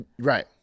Right